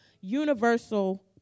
universal